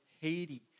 Haiti